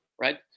right